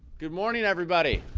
good morning everybody,